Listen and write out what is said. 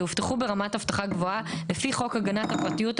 יאובטחו ברמת אבטחה גבוהה לפי חוק הגנת הפרטיות,